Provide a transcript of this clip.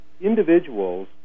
individuals